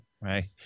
right